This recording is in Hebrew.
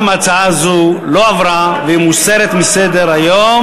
גם הצעה זו לא עברה, והיא מוסרת מסדר-היום.